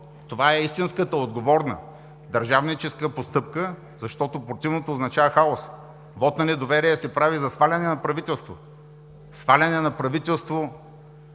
това е истинската, отговорна, държавническа постъпка, защото противното означава хаос. Вот на недоверие се прави за сваляне на правителство. Сваляне на правителство